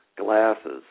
glasses